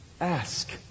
Ask